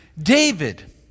David